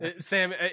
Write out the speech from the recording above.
Sam